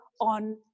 on